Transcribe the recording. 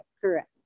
correct